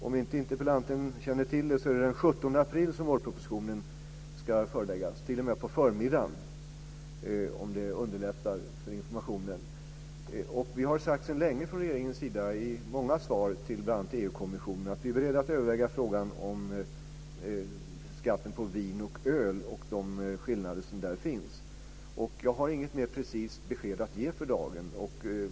Om inte interpellanten känner till det är det den 17 april som vårpropositionen ska föreläggas, t.o.m. på förmiddagen, om det underlättar för informationen. Vi har sagt sedan länge från regeringens sida i många svar till bl.a. EU-kommissionen att vi är beredda att överväga frågan om skatten på vin och öl och de skillnader som där finns. Jag har inget mer precist besked att ge för dagen.